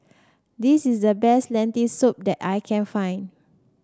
this is the best Lentil Soup that I can find